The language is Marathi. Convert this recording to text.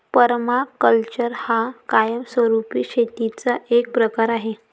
पर्माकल्चर हा कायमस्वरूपी शेतीचा एक प्रकार आहे